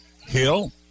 Hill